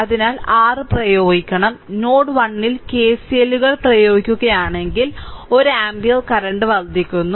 അതിനാൽ r പ്രയോഗിക്കണം node 1 ൽ KCL ല്ലുകൾ പ്രയോഗിക്കുകയാണെങ്കിൽ 1 ആമ്പിയർ കറന്റ് വർദ്ധിക്കുന്നു